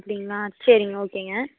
அப்படிங்களா சரிங்க ஓகேங்க